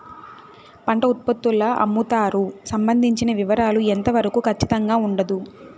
పంట ఉత్పత్తుల అమ్ముతారు సంబంధించిన వివరాలు ఎంత వరకు ఖచ్చితంగా ఉండదు?